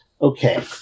Okay